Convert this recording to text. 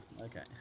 Okay